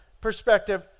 perspective